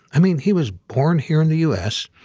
i me an, he was born here in the u s.